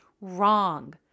wrong